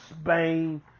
Spain